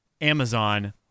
Amazon